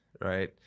right